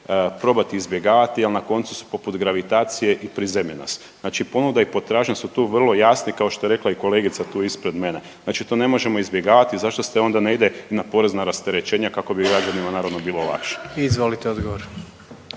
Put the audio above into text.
probati izbjegavati, ali na koncu su poput gravitacije i prizemljenost. Znači ponuda i potražnja su tu vrlo jasne kao što je rekla i kolegica tu ispred mene. Znači to ne možemo izbjegavati. Zašto se onda ne ide na porezna rasterećenja kako bi građanima naravno bilo lakše. **Jandroković,